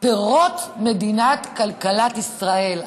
פירות מדינת כלכלת ישראל.